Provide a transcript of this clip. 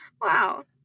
Wow